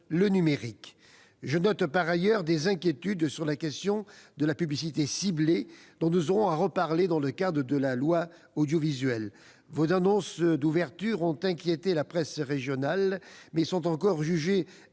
le numérique. Je note, par ailleurs, des inquiétudes sur la question de la publicité ciblée, dont nous aurons à reparler dans le cadre de la discussion de la future loi audiovisuelle : vos annonces d'ouverture ont inquiété la presse régionale, mais sont jugées